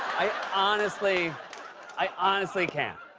i honestly i honestly can't.